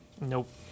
Nope